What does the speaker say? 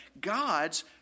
God's